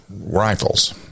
rifles